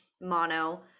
mono